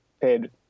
paid